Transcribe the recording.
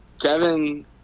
Kevin